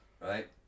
right